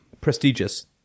prestigious